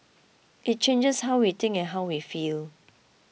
it changes how we think and how we feel